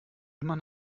immer